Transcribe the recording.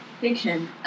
fiction